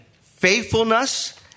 faithfulness